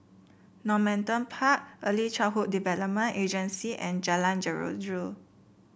Normanton Park Early Childhood Development Agency and Jalan Jeruju